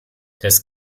das